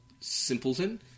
simpleton